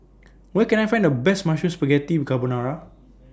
Where Can I Find The Best Mushroom Spaghetti Carbonara